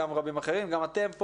גם רבים אחרים וגם אתם.